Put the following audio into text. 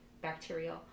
bacterial